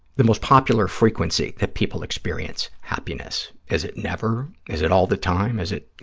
the most popular frequency that people experience happiness, is it never, is it all the time, is it,